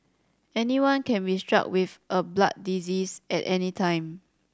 anyone can be struck with a blood disease at any time